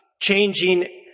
changing